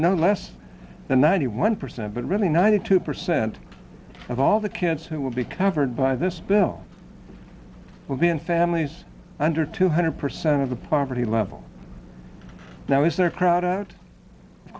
no less than ninety one percent but really ninety two percent of all the kids who will be covered by this bill will be in families under two hundred percent of the poverty level now is there crowded out of